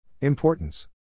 Importance